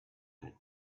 had